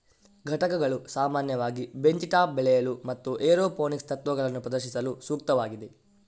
ಘಟಕಗಳು ಸಾಮಾನ್ಯವಾಗಿ bench top ಬೆಳೆಯಲು ಮತ್ತು ಏರೋಪೋನಿಕ್ಸ್ ತತ್ವಗಳನ್ನು ಪ್ರದರ್ಶಿಸಲು ಸೂಕ್ತವಾಗಿವೆ